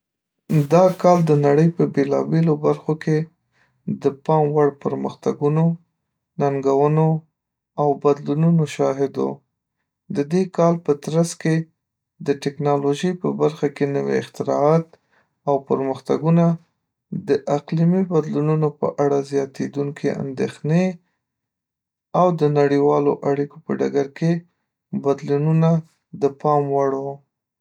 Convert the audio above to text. دا کال د نړۍ په بېلابېلو برخو کې د پام وړ پرمختګونو، ننګونو او بدلونونو شاهد و. د دې کال په ترڅ کې، د ټیکنالوژۍ په برخه کې نوې اختراعات او پرمختګونه، د اقلیمي بدلونونو په اړه زیاتېدونکي اندېښنې، او د نړیوالو اړیکو په ډګر کې بدلونونه د پام وړ وو.